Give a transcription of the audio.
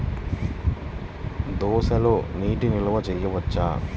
దోసలో నీటి నిల్వ చేయవచ్చా?